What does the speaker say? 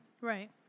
Right